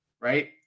right